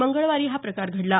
मंगळवारी हा प्रकार घडला